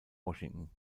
washington